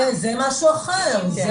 זה משהו אחר.